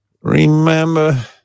remember